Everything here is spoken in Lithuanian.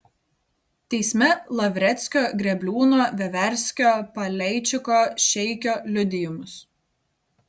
teisme lavreckio grėbliūno veverskio paleičiko šeikio liudijimus